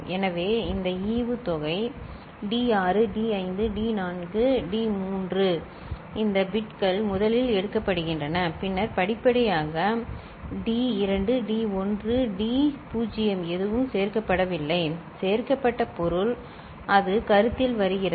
எனவே இந்த ஈவுத்தொகை D6 D5 D4 D3 இந்த பிட்கள் முதலில் எடுக்கப்படுகின்றன பின்னர் படிப்படியாக D2 D1 D0 எதுவும் சேர்க்கப்படவில்லை சேர்க்கப்பட்ட பொருள் அது கருத்தில் வருகிறது